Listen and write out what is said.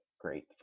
great